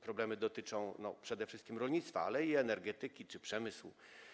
Problemy dotyczą przede wszystkim rolnictwa, ale także energetyki czy przemysłu.